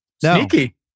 Sneaky